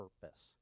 purpose